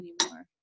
anymore